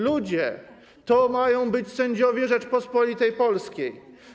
Ludzie, to mają być sędziowie Rzeczypospolitej Polskiej.